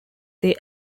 they